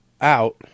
out